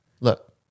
look